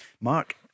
Mark